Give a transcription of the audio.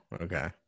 Okay